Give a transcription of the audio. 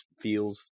feels